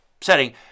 setting